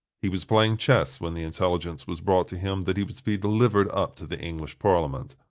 he was playing chess when the intelligence was brought to him that he was to be delivered up to the english parliament.